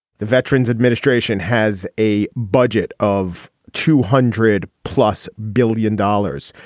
the veterans administration has a budget of two hundred plus billion dollars,